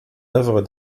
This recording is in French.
œuvre